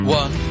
one